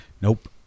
Nope